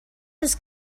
was